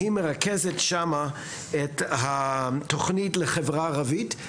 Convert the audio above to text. היא מרכזת שם את התוכנית לחברה הערבית.